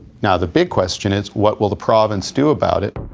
now the big question is, what will the province do about it?